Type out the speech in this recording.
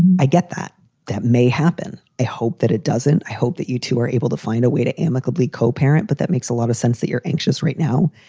i get that that may happen. i hope that it doesn't. i hope that you two are able to find a way to amicably co parent. but that makes a lot of sense that you're anxious right now.